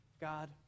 God